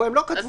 פה הם לא כתבו,